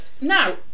now